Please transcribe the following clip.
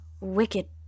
wicked